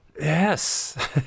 Yes